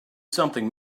something